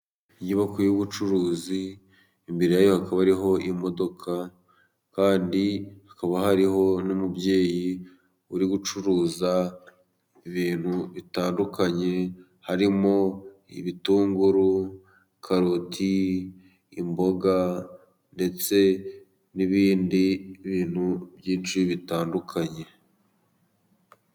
Inyubako y'ubucuruzi imbere yayo hakaba hariho imodoka kandi hakaba hariho n'umubyeyi uri gucuruza ibintu bitandukanye harimo: ibitunguru, karoti, imboga, ndetse n'ibindi bintu byinshi bitandukanye.